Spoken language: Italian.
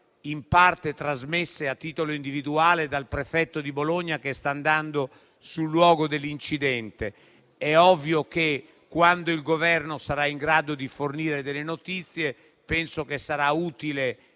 in parte trasmesse a titolo individuale dal prefetto di Bologna, che sta andando sul luogo dell'incidente. È ovvio che, quando il Governo sarà in grado di fornire delle notizie, sarà utile